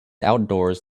outdoors